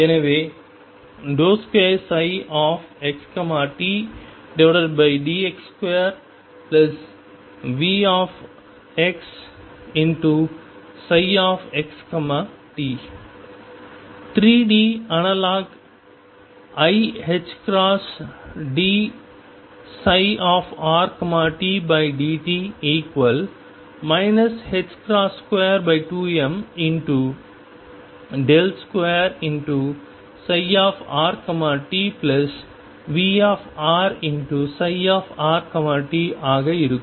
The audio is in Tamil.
எனவே 2xtx2Vxψxt 3D analogue iℏdψrtdt 22m2rtVrψrt ஆக இருக்கும்